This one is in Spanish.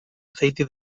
aceite